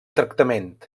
tractament